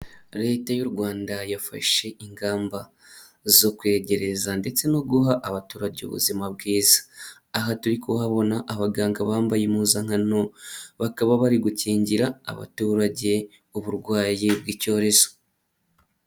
Leta y'u Rwanda yafashe ingamba zo kwegereza ndetse no guha abaturage ubuzima bwiza. Aha turi kuhabona abaganga bambaye impuzankano, bakaba bari gukingira abaturage uburwayi bw'icyorezo.